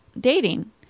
dating